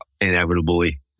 inevitably